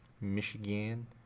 Michigan